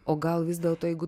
o gal vis dėlto jeigu